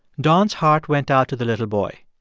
don's heart went out to the little boy.